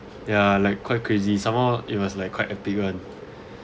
ya like quite crazy somehow it was like quite a big one